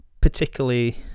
particularly